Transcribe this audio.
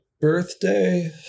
birthday